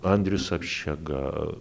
andrius apšega